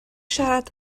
siarad